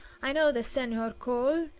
i know this senhor cole.